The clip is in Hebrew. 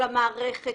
של המערכת,